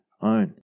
own